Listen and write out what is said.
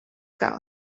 caso